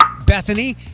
Bethany